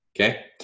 Okay